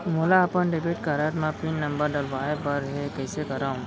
मोला अपन debit card म पिन नंबर डलवाय बर हे कइसे करव?